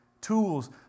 Tools